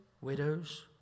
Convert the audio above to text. widows